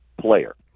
player